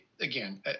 Again